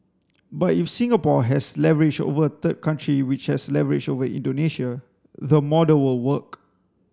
but if Singapore has leverage over a third country which has leverage over Indonesia the model will work